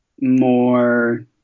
more